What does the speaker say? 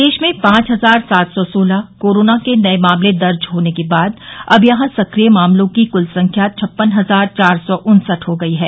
प्रदेश में पांच हजार सात सौ सोलह कोरोना के नये मामले दर्ज होने के बाद अब यहां सक्रिय मामलों की कल संख्या छप्पन हजार चार सौ उन्सठ हो गई है